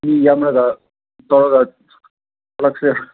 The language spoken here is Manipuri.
ꯃꯤ ꯌꯥꯝꯂꯒ ꯇꯧꯔꯒ ꯆꯠꯁꯦ